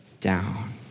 down